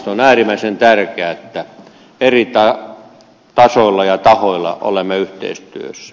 on äärimmäisen tärkeää että eri tasoilla ja tahoilla olemme yhteistyössä